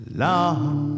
long